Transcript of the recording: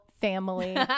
family